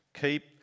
keep